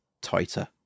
tighter